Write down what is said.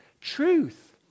truth